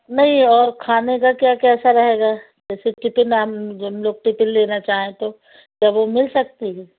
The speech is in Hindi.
नहीं और खाने का क्या कैसा रहेगा जैसे कि नान हम लोग टिपिन लेना चाहे तो क्या वह मिल सकती है